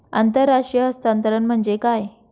आंतरराष्ट्रीय हस्तांतरण म्हणजे काय?